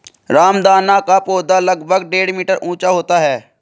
रामदाना का पौधा लगभग डेढ़ मीटर ऊंचा होता है